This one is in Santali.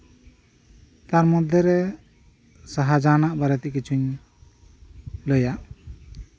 ᱛᱟᱨᱢᱚᱫᱽᱫᱷᱮᱨᱮ ᱥᱟᱦᱟᱡᱟᱦᱟᱱ ᱵᱟᱨᱮᱛᱤᱧ ᱠᱤᱪᱷᱤᱧ ᱞᱟᱹᱭᱟ